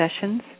sessions